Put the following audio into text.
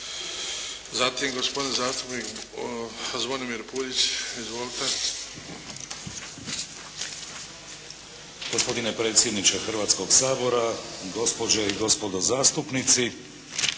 Zatim gospodin zastupnik Zvonimir Puljić. Izvolite! **Puljić, Zvonimir (HDZ)** Gospodine predsjedniče Hrvatskog sabora, gospođe i gospodo zastupnici!